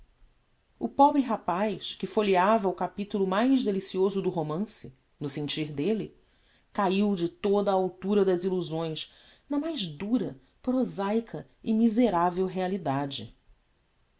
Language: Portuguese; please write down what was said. o pobre rapaz que folheava o capitulo mais delicioso do romance no sentir delle caiu de toda a altura das illusões na mais dura prosaica e miseravel realidade